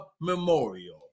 memorial